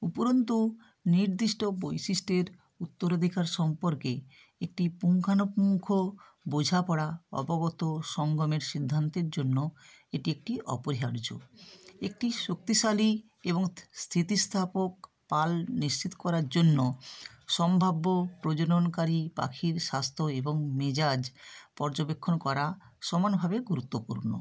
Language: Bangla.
উপরন্তু নির্দিষ্ট বৈশিষ্ট্যের উত্তরাধিকার সম্পর্কে একটি পুঙ্খানুপুঙ্খ বোঝাপড়া অবগত সঙ্গমের সিদ্ধান্তের জন্য এটি একটি অপরিহার্য একটি শক্তিশালী এবং স্থিতিস্থাপক পাল নিশ্চিত করার জন্য সম্ভাব্য প্রজননকারী পাখির স্বাস্থ্য এবং মেজাজ পর্যবেক্ষণ করা সমানভাবে গুরুত্বপূর্ণ